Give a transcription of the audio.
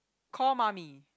call mummy